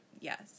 yes